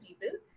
people